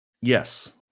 Yes